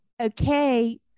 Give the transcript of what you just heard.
Okay